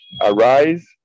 Arise